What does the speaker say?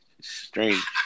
strange